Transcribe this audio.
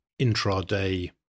intraday